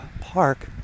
park